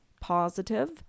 Positive